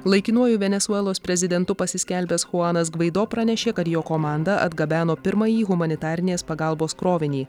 laikinuoju venesuelos prezidentu pasiskelbęs chuanas gvaido pranešė kad jo komanda atgabeno pirmąjį humanitarinės pagalbos krovinį